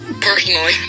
Personally